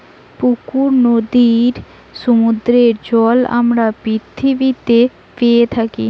পুকুর, নদীর, সমুদ্রের জল আমরা পৃথিবীতে পেয়ে থাকি